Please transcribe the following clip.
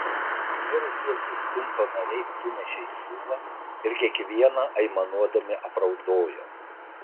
mirusiuosius tunto nariai sunešė į krūvą ir kiekvieną aimanuodami apraudojo